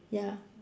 ya